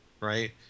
right